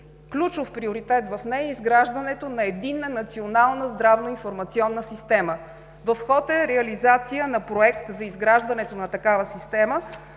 Ключов приоритет в нея е изграждането на единна национална здравна информационна система. В ход е реализация на проект за изграждането на такава система